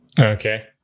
okay